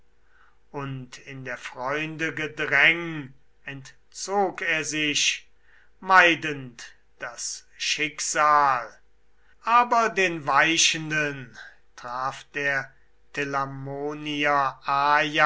und in der freunde gedräng entzog er sich meidend das schicksal so wie ein mann der